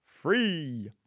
free